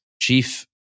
chief